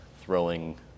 throwing